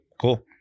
cool